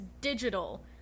digital